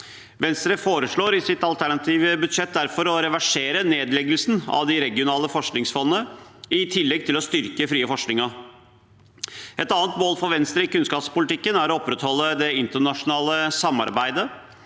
Venstre foreslår i sitt alternative budsjett derfor å reversere nedleggelsen av de regionale forskningsfondene i tillegg til å styrke den frie forskningen. Et annet mål for Venstre i kunnskapspolitikken er å opprettholde det internasjonale samarbeidet